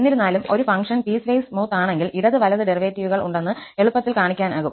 എന്നിരുന്നാലും ഒരു function piecewise smooth ആണെങ്കിൽ ഇടത് വലത് ഡെറിവേറ്റീവുകൾ ഉണ്ടെന്ന് എളുപ്പത്തിൽ കാണിക്കാനാകും